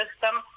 system